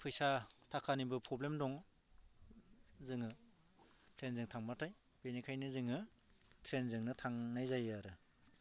फैसा थाखानिबो प्रब्लेम दं जोङो ट्रेनजों थांबाथाय बेनिखायनो जोङो ट्रेनजोंनो थांनाय जायो आरो